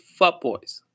fuckboys